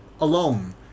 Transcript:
alone